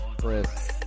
Chris